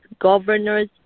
Governors